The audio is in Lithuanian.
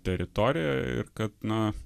teritorijoje ir kad na